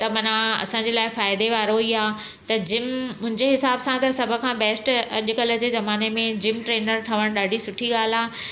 त माना असांजे लाइ फ़ाइदे वारो ई आहे त जिम मुंहिंजे हिसाब सां त जिम सभ खां बेस्ट अॼुकल्ह जे ज़माने में जिम ट्रैनर ठहणु ॾाढी सुठी ॻाल्हि आहे